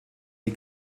die